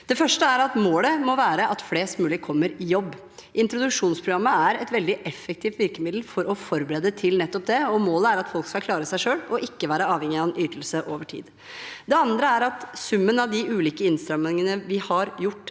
Det første er at målet må være at flest mulig kommer i jobb. Introduksjonsprogrammet er et veldig effektivt virkemiddel for å forberede til nettopp det, og målet er at folk over tid skal klare seg selv og ikke være avhengig av en ytelse. Det andre er at det tyder på at summen av de ulike innstrammingene vi har gjort